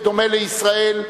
בדומה לישראל,